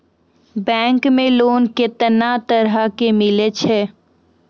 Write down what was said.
Bank मे loan कैतना तरह के मिलै छै?